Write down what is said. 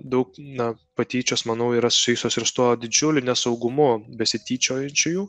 daug na patyčios manau yra susijusios ir su tuo didžiuliu nesaugumu besityčiojančiųjų